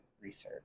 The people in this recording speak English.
research